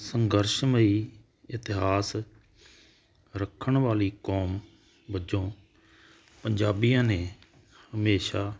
ਸੰਘਰਸ਼ਮਈ ਇਤਿਹਾਸ ਰੱਖਣ ਵਾਲੀ ਕੌਮ ਵਜੋਂ ਪੰਜਾਬੀਆਂ ਨੇ ਹਮੇਸ਼ਾ